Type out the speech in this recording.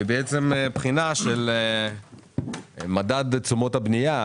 זו, בעצם, בחינה של מדד תשומות הבנייה